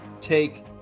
take